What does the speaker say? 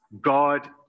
God